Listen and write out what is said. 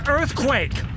earthquake